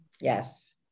Yes